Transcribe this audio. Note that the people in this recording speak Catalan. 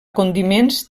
condiments